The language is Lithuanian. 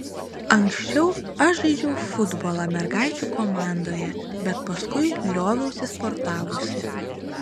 anksčiau aš žaidžiau futbolą mergaičių komandoje bet paskui lioviausi sportavusi